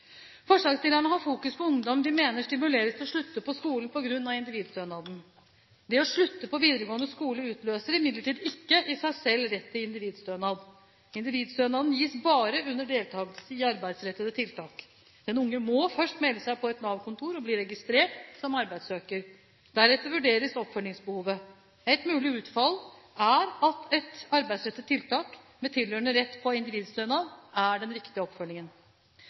Forslagsstillerne har fokus på ungdom de mener stimuleres til å slutte på skolen på grunn av individstønaden. Det å slutte på videregående skole utløser imidlertid ikke i seg selv rett til individstønad. Individstønaden gis bare under deltakelse i arbeidsrettede tiltak. Den unge må først melde seg på et Nav-kontor og bli registrert som arbeidssøker. Deretter vurderes oppfølgingsbehovet. Et mulig utfall er at et arbeidsrettet tiltak, med tilhørende rett på individstønad, er den riktige oppfølgingen.